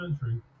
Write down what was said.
country